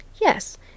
Yes